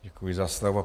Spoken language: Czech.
Děkuji za slovo.